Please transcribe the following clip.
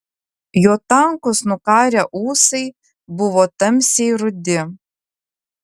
jo tankūs nukarę ūsai buvo tamsiai rudi